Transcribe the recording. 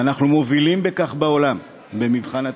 ואנחנו מובילים בכך בעולם במבחן התוצאה.